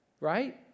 Right